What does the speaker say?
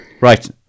right